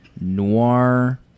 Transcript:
noir